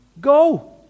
Go